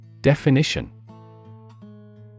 Definition